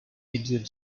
indian